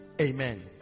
amen